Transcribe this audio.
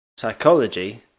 psychology